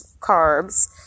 carbs